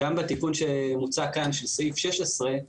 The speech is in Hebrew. בתיקון שמוצע כאן של סעיף 16,